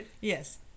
Yes